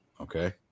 Okay